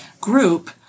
group